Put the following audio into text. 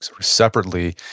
separately